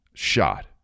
Shot